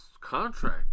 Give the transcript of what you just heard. contract